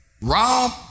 Rob